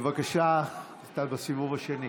בבקשה פעם נוספת.